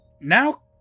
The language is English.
Now